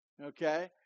okay